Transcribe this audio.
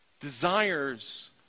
Desires